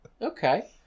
okay